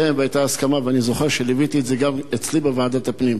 ואני זוכר שליוויתי את זה גם אצלי בוועדת הפנים.